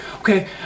Okay